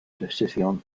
decisión